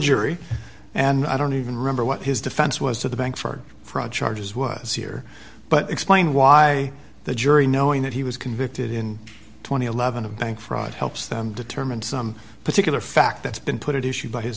jury and i don't even remember what his defense was to the bank for fraud charges was here but explain why the jury knowing that he was convicted in two thousand and eleven of bank fraud helps them determine some particular fact that's been put issued by his